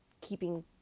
keeping